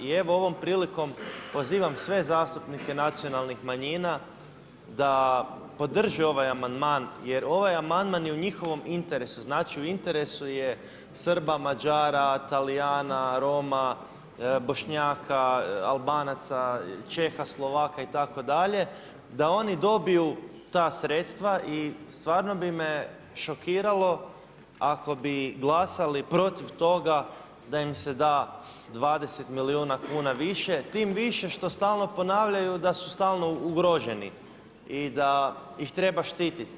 I evo prilikom pozivam sve zastupnike nacionalnih manjina da podrže ovaj amandman jer ovaj amandman je u njihovom interesu, znači u interesu je Srba, Mađara, Talijana, Roma, Bošnjaka, Albanaca, Čeha, Slovaka itd., da oni dobiju ta sredstava i stvarno bi me šokiralo ako bi glasali protiv toga da im se da 20 milijuna kuna više tim više što stalno ponavljaju da su stalno ugroženi i da ih treba štititi.